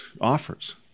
offers